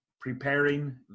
preparing